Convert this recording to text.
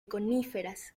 coníferas